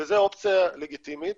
וזו אופציה לגיטימית,